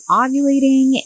ovulating